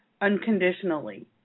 unconditionally